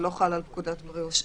הוא לא חל על פקודות בריאות העם.